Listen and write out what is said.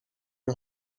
and